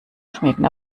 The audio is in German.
schmecken